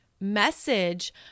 message